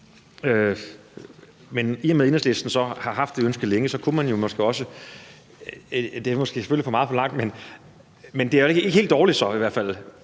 Men i og med at Enhedslisten så har haft det ønske længe, kunne man jo måske også glæde sig. Det er måske selvfølgelig for meget forlangt, men det er vel i hvert fald